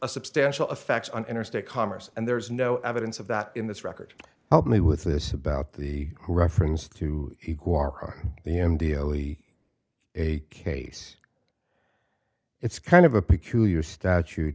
a substantial effect on interstate commerce and there is no evidence of that in this record help me with this about the reference to the m d l e a case it's kind of a peculiar statute